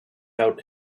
out